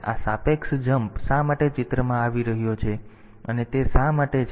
આ સાપેક્ષ જમ્પ શા માટે ચિત્રમાં આવી રહ્યો છે અને તે શા માટે છે